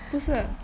不是